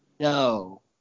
No